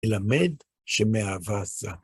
אלמד שמאהבה עזה.